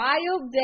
Wild